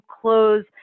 close